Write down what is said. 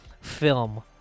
film